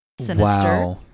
sinister